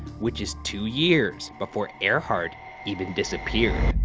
which is two years before earhart even disappeared.